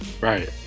right